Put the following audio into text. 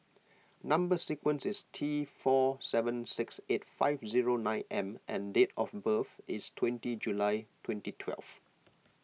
Number Sequence is T four seven six eight five zero nine M and date of birth is twenty July twenty twelve